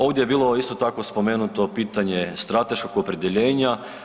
Ovdje je bilo isto tako spomenuto pitanje strateškog opredjeljenja.